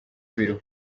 ibiruhuko